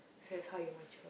so it's how you mature